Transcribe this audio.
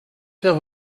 faire